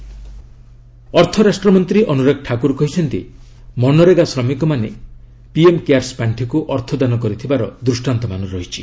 PM care ଅର୍ଥରାଷ୍ଟ୍ରମନ୍ତ୍ରୀ ଅନୁରାଗ ଠାକୁର କହିଛନ୍ତି ମନରେଗା ଶ୍ରମିକମାନେ ପିଏମ୍ କେୟାର ପାଣ୍ଠିକୁ ଅର୍ଥ ଦାନ କରିଥିବାର ଦୃଷ୍ଟାନ୍ତମାନ ରହିଛି